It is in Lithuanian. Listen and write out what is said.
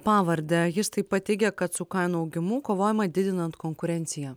pavardę jis taip pat teigia kad su kainų augimu kovojama didinant konkurenciją